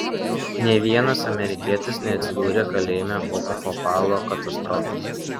nė vienas amerikietis neatsidūrė kalėjime po bhopalo katastrofos